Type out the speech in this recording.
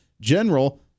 general